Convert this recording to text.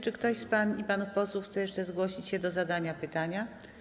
Czy ktoś z pań i panów posłów chce jeszcze zgłosić się do zadania pytania?